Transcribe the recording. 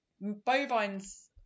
Bovines